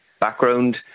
background